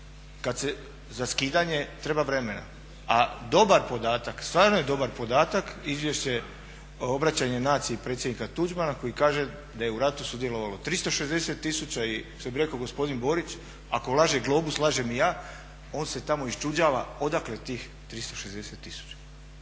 kada se, za skidanje treba vremena. A dobar podatak, stvarno je dobar podatak, izvješće, obraćanje naciji predsjednika Tuđmana koji kaže da je u ratu sudjelovalo 360 tisuća i što bi rekao gospodin Borić ako laže globus lažem i ja, on se tamo isčuđava odakle tih 360 tisuća.